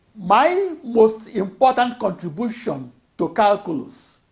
my most important contribution to calculus